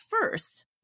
first